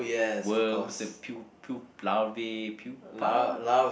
worms the pu~ pu~ larvae pupa